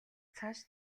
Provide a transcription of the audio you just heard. цааш